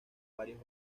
varios